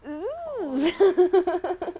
mm